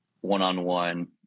one-on-one